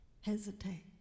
Hesitate